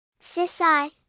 Sisai